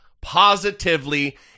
positively